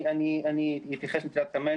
אני אתייחס לטירת כרמל,